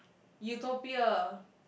utopia